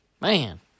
Man